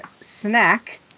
snack